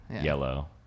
yellow